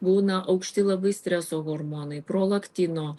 būna aukšti labai streso hormonai prolaktino